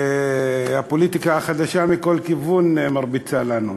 שהפוליטיקה החדשה מכל כיוון מרביצה לנו.